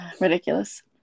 Ridiculous